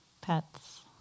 pets